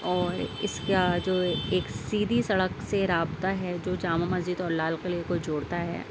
اور اِس کا جو ایک سیدھی سڑک سے رابطہ ہے جو جامع مسجد اور لال قلعے کو جوڑتا ہے